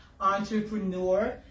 Entrepreneur